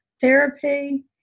therapy